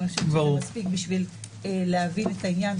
אבל אני חושבת שזה מספיק בשביל להבין את העניין.